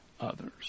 others